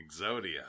Exodia